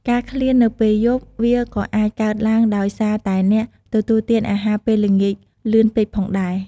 ការឃ្លាននៅពេលយប់ វាក៏អាចកើតឡើងដោយសារតែអ្នកទទួលទានអាហារពេលល្ងាចលឿនពេកផងដែរ។